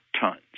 tons